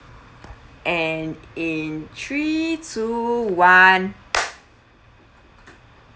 and in three two one